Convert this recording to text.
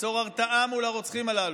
ליצור הרתעה מול הרוצחים הללו,